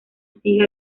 sigue